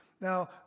Now